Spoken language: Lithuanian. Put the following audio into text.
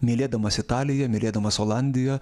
mylėdamas italiją mylėdamas olandiją